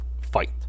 fight